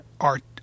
art